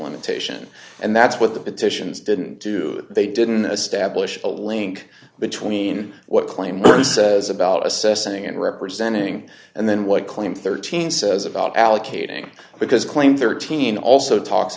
limitation and that's what the petitions didn't do they didn't establish a link between what claim one says about assessing and representing and then what claim thirteen says about allocating because claim thirteen also talks